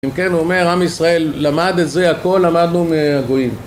אם כן, הוא אומר, עם ישראל למד את זה, הכל למדנו מהגויים